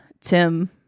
Tim